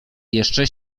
jeszcze